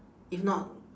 if not